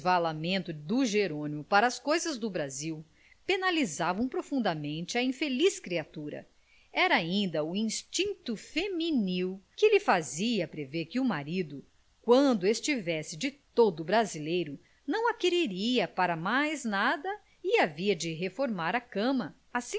resvalamento do jerônimo para as coisas do brasil penalizava profundamente a infeliz criatura era ainda o instinto feminil que lhe fazia prever que o marido quando estivesse de todo brasileiro não a queria para mais nada e havia de reformar a cama